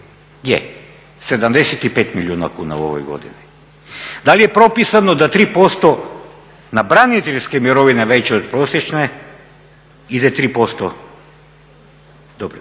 Je, 75 milijuna kuna u ovoj godini. Da li je propisano da 3% na braniteljske mirovine veće od prosječne ide 3%